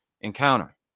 encounter